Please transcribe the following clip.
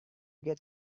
get